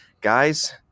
Guys